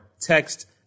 text